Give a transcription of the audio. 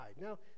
Now